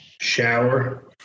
Shower